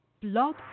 Blog